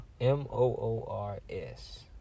M-O-O-R-S